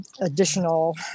additional